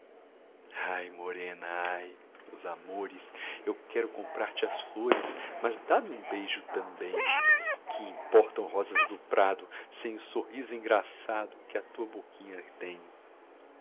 ai morena ai meus amores eu quero comprar te as flores mas dá-me um beijo também que importam rosas do prado sem o sorriso engraçado que a tua boquinha tem